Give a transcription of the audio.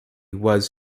was